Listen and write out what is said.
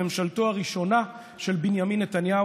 היה זה בממשלתו הראשונה של בנימין נתניהו,